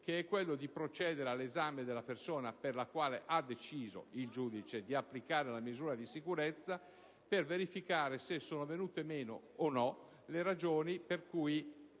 che è quello di procedere all'esame della persona alla quale ha deciso di applicare la misura di sicurezza per verificare se sono venute meno le ragioni per cui